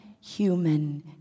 human